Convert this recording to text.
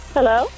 Hello